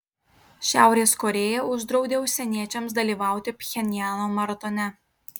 šiaurės korėja uždraudė užsieniečiams dalyvauti pchenjano maratone